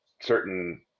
certain